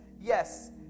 yes